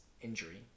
injury